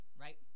right